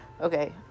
Okay